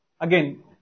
Again